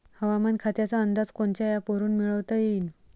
हवामान खात्याचा अंदाज कोनच्या ॲपवरुन मिळवता येईन?